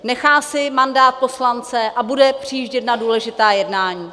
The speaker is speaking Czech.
Nechá si mandát poslance a bude přijíždět na důležitá jednání.